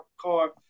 car